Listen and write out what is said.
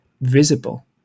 visible